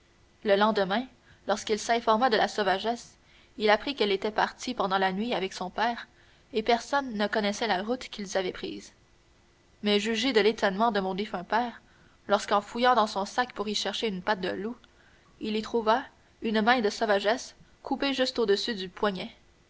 le lendemain lorsqu'il s'informa de la sauvagesse il apprit qu'elle était partie pendant la nuit avec son père et personne ne connaissait la route qu'ils avaient prise mais jugez de l'étonnement de mon défunt père lorsqu'en fouillant dans son sac pour y chercher une patte de loup il y trouva une main de sauvagesse coupée juste au-dessus du poignet